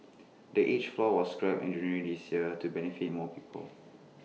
the age floor was scrapped in January this year to benefit more people